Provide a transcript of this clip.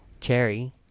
Cherry